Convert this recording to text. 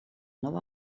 nova